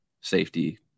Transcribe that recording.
safety